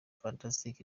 fantastic